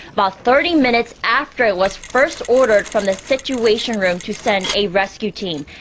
about thirty minutes after it was first ordered from the situation room to send a rescue team.